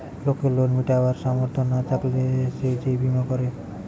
লোকের লোন মিটাবার সামর্থ না থাকলে সে এই বীমা করে